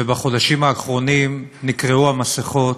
ובחודשים האחרונים נקרעו המסכות,